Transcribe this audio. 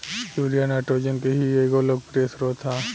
urea nitrogen के ही एगो लोकप्रिय स्रोत ह